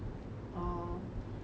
orh